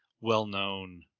well-known